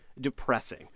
depressing